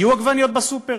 יהיו עגבניות בסופר?